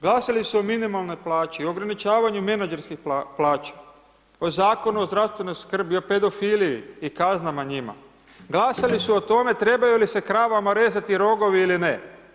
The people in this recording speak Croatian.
Glasali su o minimalnoj plaći, o ograničavanju menadžerskih plaća, o Zakonu o zdravstvenoj skrbi, o pedofiliji i kaznama njima, glasali su o tome trebaju li se kravama rezati rogovi ili ne.